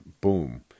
boom